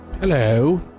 Hello